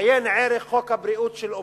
עיין ערך: חוק הבריאות של אובמה,